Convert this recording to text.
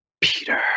Peter